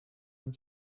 and